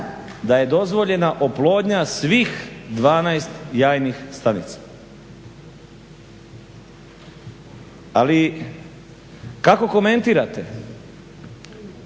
da je dozvoljena oplodnja svih 12 jajnih stanica. Ali kako komentirate